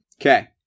Okay